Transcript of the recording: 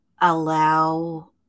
allow